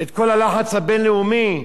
כל הלחץ הבין-לאומי.